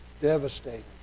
devastating